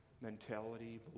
mentality